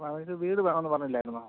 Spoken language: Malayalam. വീട് വേണമെന്ന് പറഞ്ഞില്ലായിരുന്നോ